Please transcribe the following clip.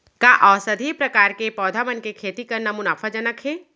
का औषधीय प्रकार के पौधा मन के खेती करना मुनाफाजनक हे?